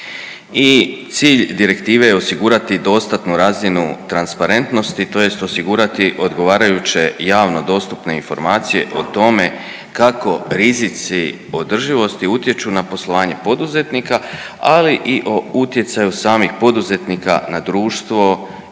cilj direktive je osigurati dostatnu razinu transparentnosti tj. osigurati odgovarajuće javno dostupne informacije o tome kako rizici održivosti utječu na poslovanje poduzetnika ali i o utjecaju samih poduzetnika na društvo